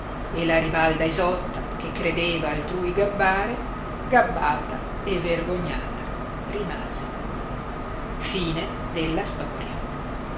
e la ribalda isotta che credeva altrui gabbare gabbata e vergognata rimase